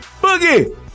Boogie